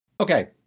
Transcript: Okay